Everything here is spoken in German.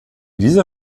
dieser